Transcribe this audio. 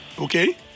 Okay